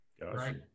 Right